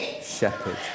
shepherd